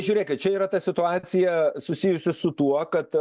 žiūrėkit čia yra ta situacija susijusi su tuo kad